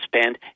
spend